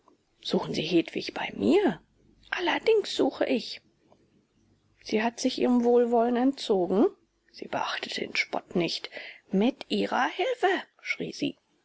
suchen sie hedwig bei mir allerdings suche ich sie hat sich ihrem wohlwollen entzogen sie beachtete den spott nicht mit ihrer hilfe schrie sie